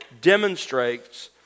demonstrates